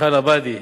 מיכל עבאדי,